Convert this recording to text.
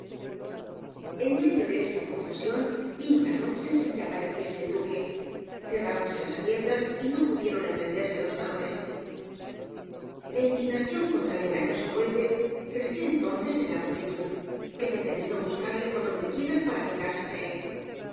en medio de esta confusión vino la noche sin que apareciese el d u q u e cerráronse las tiendas y no pudieron encenderse los faroles la indignación contra el engañoso duende creció entonces en la multitud que determinó buscarle por dondequiera para vengarse de él